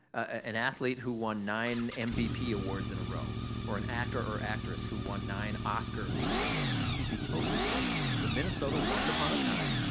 an athlete who won nine and mvp awards in a row or an actor or actress who won nine oscars in a row, you'd be totally floored. but minnesota, once upon a time,